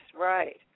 right